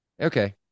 Okay